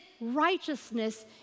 righteousness